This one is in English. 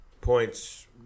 points